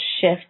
shift